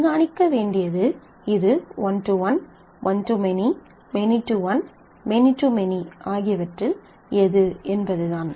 கண்காணிக்க வேண்டியது இது one to one one to many many to one many to many ஆகியவற்றில் எது என்பதுதான்